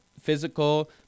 physical